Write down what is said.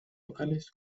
locales